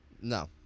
No